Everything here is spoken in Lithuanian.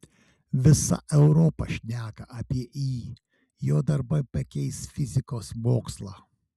visa europa šneka apie jį jo darbai pakeis fizikos mokslą